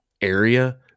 area